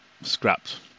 scrapped